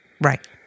Right